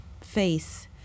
face